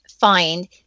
find